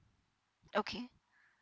okay